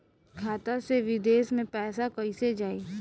खाता से विदेश मे पैसा कईसे जाई?